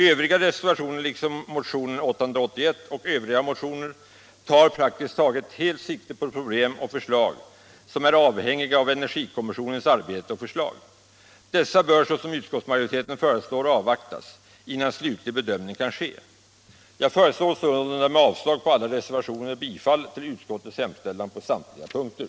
Övriga reservationer liksom motionen 881 och övriga motioner tar praktiskt taget helt sikte på problem och förslag som är avhängiga av energikommissionens arbete och förslag. Detta bör såsom utskottsmajoriteten föreslår avvaktas innan någon slutlig bedömning kan ske. Jag föreslår sålunda, med avslag på alla reservationer, bifall till utskottets hemställan på samtliga punkter.